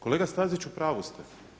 Kolega Stazić u pravu ste.